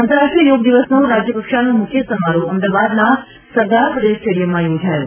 આંતરરાષ્ટ્રીય યોગ દિવસનો રાજ્યકક્ષાનો મુખ્ય સમારોહ અમદાવાદના સરદાર પટેલ સ્ટેડિયમમાં યોજાયો